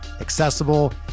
accessible